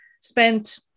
spent